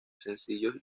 sencillos